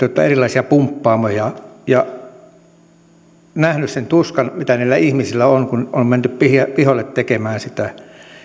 erilaisia pumppaamoja ja nähnyt sen tuskan mitä näillä ihmisillä on kun on menty pihoille tekemään sitä